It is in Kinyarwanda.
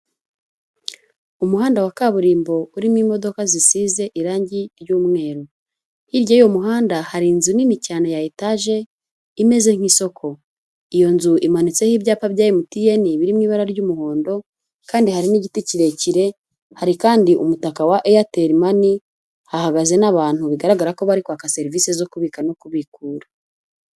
Umuhanda wa kaburimbo urimo imodoka zisize irangi ry'umweru, hiryay'uwo muhanda hari inzu nini cyane ya etaje imeze nk'isoko, iyo nzu imanitseho ibyapa bya mtn biri mu ibara ry'umuhondo, kandi hari n'igiti kirekire, hari kandi umutaka wa airtel money, hahagaze n'abantu bigaragara ko bari kwaka serivisi zo kubika no kubikura.